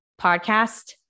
podcast